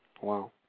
Wow